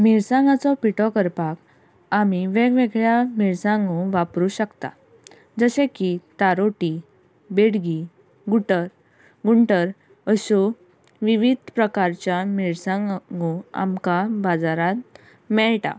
मिरसांगाचो पिठो करपाक आमी वेगवेगळ्या मिरसांगो वापरूं शकतात जशें की तारोटी बेडगी गुटर गुंटर अश्यो विवीध प्रकारच्यान मिरसांगो आमकां बाजारांत मेळटा